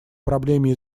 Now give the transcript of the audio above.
проблеме